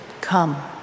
Come